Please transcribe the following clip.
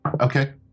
Okay